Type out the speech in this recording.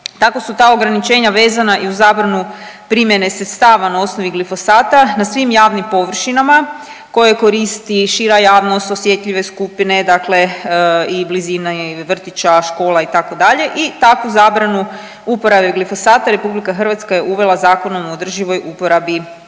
Tako su tak ograničenja vezana i uz zabranu primjene sredstava na osnovi glifosata na svim javnim površinama, koje koriti šira javnost, osjetljive skupine, dakle i blizine vrtića, škola, itd. i takvu zabranu uporabe glifosata RH je uvela Zakonom o održivoj uporabi pesticida.